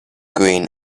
green